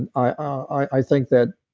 and i think that.